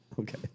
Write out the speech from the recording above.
okay